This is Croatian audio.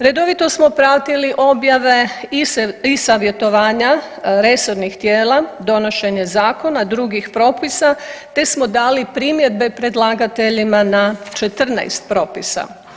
Redovito smo pratili objave i savjetovanja resornih tijela, donošenje zakona i drugih propisa, te smo dali primjedbe predlagateljima na 14 propisa.